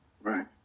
Right